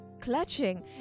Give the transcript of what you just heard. clutching